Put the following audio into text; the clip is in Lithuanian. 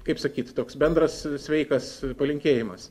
kaip sakyt toks bendras sveikas palinkėjimas